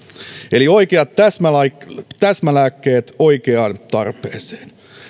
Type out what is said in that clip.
eli oikeat täsmälääkkeet täsmälääkkeet oikeaan tarpeeseen